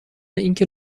اینکه